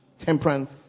temperance